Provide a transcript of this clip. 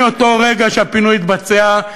מאותו רגע שהפינוי התבצע,